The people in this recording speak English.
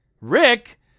Rick